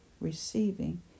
receiving